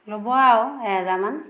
ল'ব আৰু এহেজাৰমান